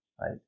right